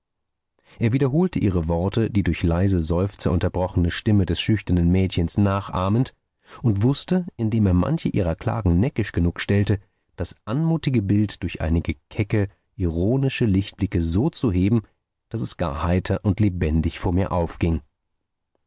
er wiederholte ihre worte die durch leise seufzer unterbrochene stimme des schüchternen mädchens nachahmend und wußte indem er manche ihrer klagen neckisch genug stellte das anmutige bild durch einige kecke ironische lichtblicke so zu heben daß es gar heiter und lebendig vor mir aufging